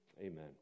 amen